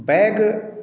bag